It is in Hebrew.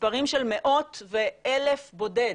מספרים של מאות ואלף בודד,